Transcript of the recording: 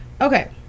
Okay